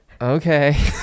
okay